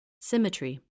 Symmetry